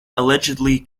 allegedly